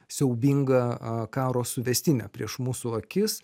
siaubingą karo suvestinę prieš mūsų akis